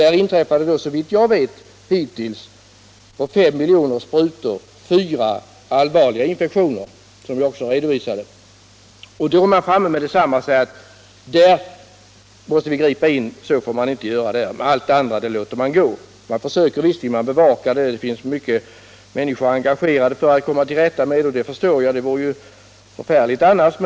Där har, såvitt jag vet, på fem miljoner sprutor inträffat fyra allvarliga infektioner, vilket jag också redovisade. Då är man genast framme och säger: Där måste vi gripa in, så får det inte vara. Men allt annat låter man passera. Man försöker visserligen bevaka sjukhusinfektionerna och det finns många människor engagerade för att komma till rätta med problemen. Det förstår jag, och det vore förfärligt om man inte gjorde det.